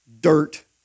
dirt